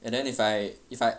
and then if I if I